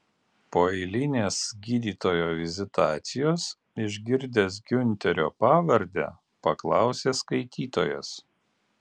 po eilinės gydytojo vizitacijos išgirdęs giunterio pavardę paklausė skaitytojas